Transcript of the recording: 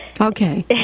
Okay